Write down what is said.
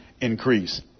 increase